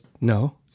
no